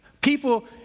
people